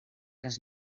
les